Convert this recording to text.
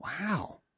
Wow